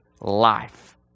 life